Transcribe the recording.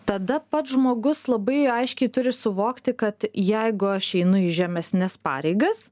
tada pats žmogus labai aiškiai turi suvokti kad jeigu aš einu į žemesnes pareigas